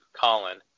Colin